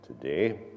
today